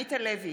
עמית הלוי,